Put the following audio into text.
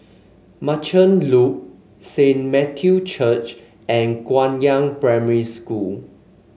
Merchant Loop Saint Matthew's Church and Guangyang Primary School